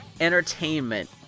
entertainment